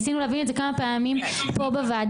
ניסינו להבין את זה כמה פעמים פה בוועדה.